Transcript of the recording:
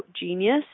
genius